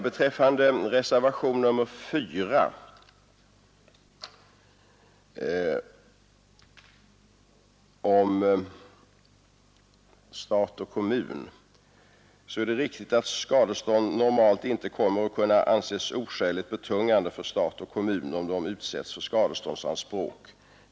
Beträffande reservationen 4, om stat och kommun, är det riktigt att skadestånd normalt inte kommer att kunna anses oskäligt betungande för stat och kommun om de utsätts för skadeståndsanspråk.